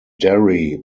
derry